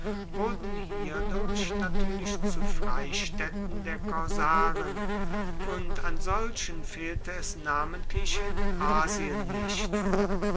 wurden hierdurch natürlich zu freistätten der korsaren und an solchen fehlte es namentlich in asien nicht